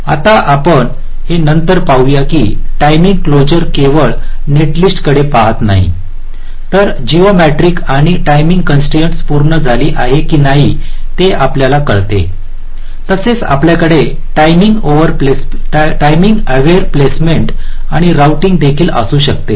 आता आपण हे नंतर पाहूया की टाईमिंग क्लासर केवळ नेटलिस्ट कडे पाहत नाही तर जयोमेट्रिक आणि टाईमिंग कॉन्स्ट्रईन्स पूर्ण झाली आहे की नाही ते आपल्याला कळते तसेच आपल्याकडे टाईमिंग अवेर प्लेसमेंट आणि रोऊटिंग देखील असू शकते